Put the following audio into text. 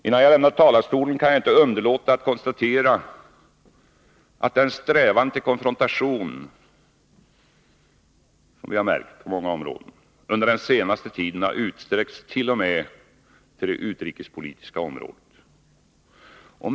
Innan jag lämnar talarstolen kan jag inte underlåta att konstatera att den strävan till konfrontation som vi har märkt på många områden under den senaste tiden har utsträckts t.o.m. till det utrikespolitiska området.